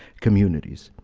communities.